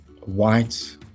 white